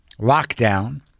Lockdown